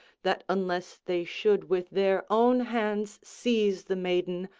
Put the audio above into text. that unless they should with their own hands seize the maiden,